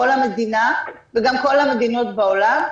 כל המדינה וגם כל המדינות בעולם,